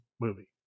movie